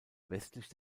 westlich